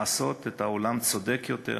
לעשות את העולם צודק יותר,